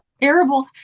Terrible